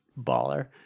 baller